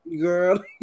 Girl